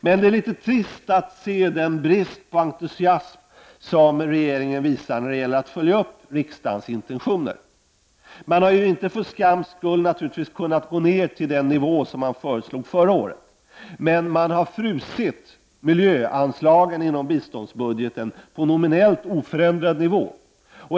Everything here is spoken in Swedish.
Men det är litet trist att se den brist på entusiasm som regeringen visar när det gäller att följa upp riksdagens intentioner. Regeringen har ju för skams skull inte kunnat gå ned till den nivå som den föreslog förra året, men den har så att säga frusit miljöanslagen i biståndsanslagen på nominellt oförändrad nivå.